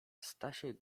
stasiek